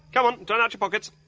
come on, turn out your pockets.